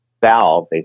valve